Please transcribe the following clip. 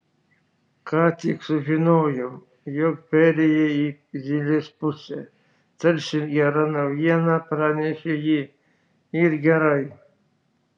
ką tik sužinojau jog perėjai į zylės pusę tarsi gerą naujieną pranešė ji ir gerai